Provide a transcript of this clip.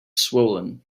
swollen